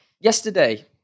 Yesterday